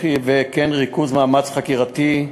ובריכוז מאמץ חקירתי,